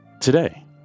today